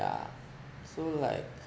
yeah so like